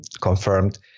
confirmed